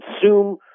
consume